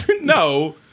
No